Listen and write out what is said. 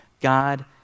God